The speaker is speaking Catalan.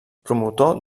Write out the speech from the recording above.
promotor